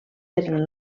eren